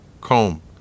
comb